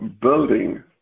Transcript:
building